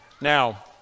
Now